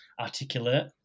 articulate